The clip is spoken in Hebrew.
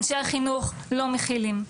אנשי החינוך לא מכילים.